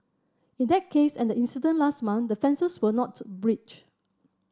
in that case and the incident last month the fences were not breached